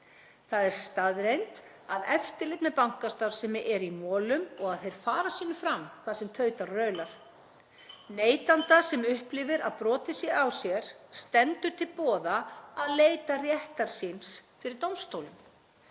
Það er staðreynd að eftirlit með bankastarfsemi er í molum og að þeir fara sínu fram hvað sem tautar og raular. Neytanda sem upplifir að brotið sé á sér stendur til boða að leita réttar síns fyrir dómstólum.